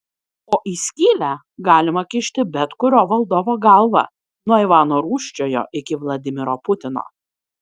o į skylę galima kišti bet kurio valdovo galvą nuo ivano rūsčiojo iki vladimiro putino